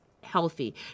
healthy